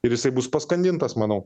ir jisai bus paskandintas manau